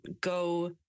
go